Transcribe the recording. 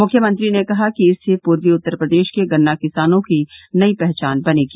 मुख्यमंत्री ने कहा कि इससे पूर्वी उत्तर प्रदेश के गन्ना किसानों की नई पहचान बनेगी